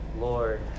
Lord